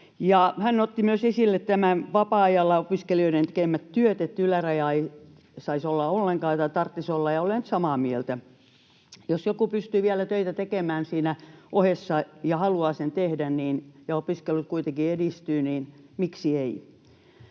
hän otti esille myös opiskelijoiden tekemät työt vapaa-ajalla, sen, että ylärajaa ei tarvitsisi olla ollenkaan, ja olen samaa mieltä. Jos joku pystyy vielä töitä tekemään siinä ohessa ja haluaa tehdä ja opiskelut kuitenkin edistyvät, niin miksi ei.